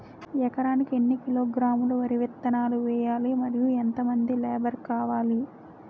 ఎకరానికి ఎన్ని కిలోగ్రాములు వరి విత్తనాలు వేయాలి? మరియు ఎంత మంది లేబర్ కావాలి?